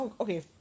okay